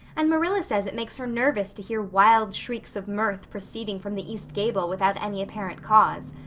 and marilla says it makes her nervous to hear wild shrieks of mirth proceeding from the east gable without any apparent cause.